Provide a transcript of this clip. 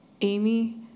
Amy